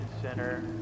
center